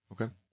Okay